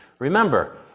Remember